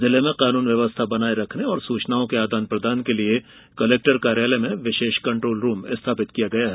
जिले में कानून व्यवस्था बनाये रखने और सूचनाओं के आदान प्रदान के लिये कलेक्टर कार्यालय में विशेष कंट्रोल रूम स्थापित किया गया है